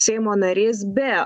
seimo narys be